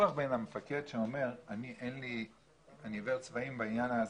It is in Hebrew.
הוויכוח בין המפקד שאומר שהוא עיוור צבעים בעניין הזה,